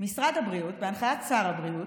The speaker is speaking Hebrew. משרד הבריאות, בהנחיית שר הבריאות,